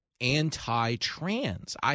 anti-trans